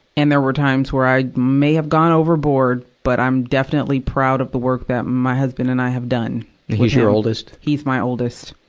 and there were times where i may have gone overboard, but i'm definitely proud of the work that my husband and i have done. and he's your oldest? he's my oldest.